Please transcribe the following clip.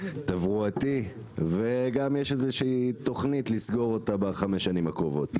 תברואתי וגם יש תוכנית לסגור אותה בחמש השנים הקרובות.